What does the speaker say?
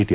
T